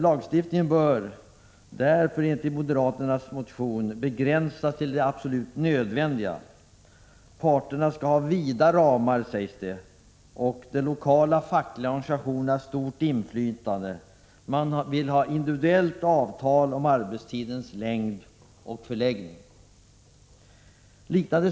Lagstiftning bör enligt moderaternas motion begränsas till det absolut nödvändiga — parterna skall ha vida ramar, sägs det, och de lokala fackliga organisationerna stort inflytande. Man vill ha individuella avtal om arbetstidens längd och förläggning.